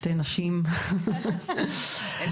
אין